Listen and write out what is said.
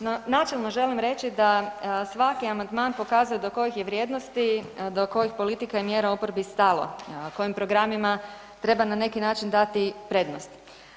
No, načelno želim reći da svaki amandman pokazuje do kojih je vrijednosti, do kojih politika i mjera oporbi stalo, kojim programima treba na neki način dati prednost.